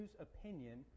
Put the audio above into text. opinion